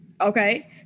Okay